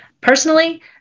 personally